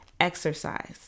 Exercise